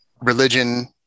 religion